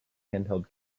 handheld